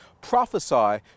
prophesy